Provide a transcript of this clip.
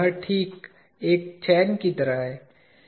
यह ठीक एक चैन की तरह है